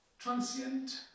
transient